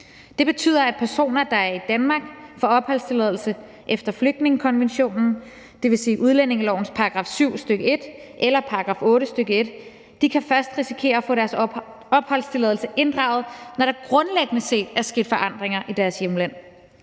Det betyder, at personer, der er i Danmark og får opholdstilladelse efter flygtningekonventionen, dvs. udlændingelovens § 7, stk. 1, eller § 8, stk. 1, kan risikere at få deres opholdstilladelse inddraget, når der grundlæggende set er sket forandringer i deres hjemland.